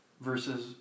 versus